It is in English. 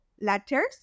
letters